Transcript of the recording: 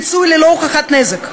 פיצוי ללא הוכחת נזק.